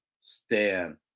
stand